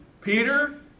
Peter